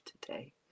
today